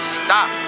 stop